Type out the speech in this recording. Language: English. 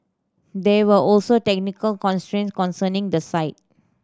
there were also technical constraints concerning the site